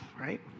Right